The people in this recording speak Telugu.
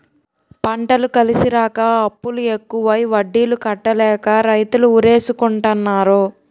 పంటలు కలిసిరాక అప్పులు ఎక్కువై వడ్డీలు కట్టలేక రైతులు ఉరేసుకుంటన్నారు